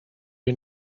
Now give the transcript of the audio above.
you